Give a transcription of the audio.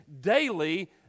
daily